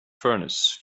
furnace